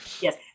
Yes